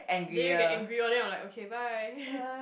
then you get angry one then I will like okay bye